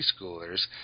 preschoolers